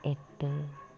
எட்டு